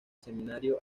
seminario